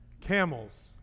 camels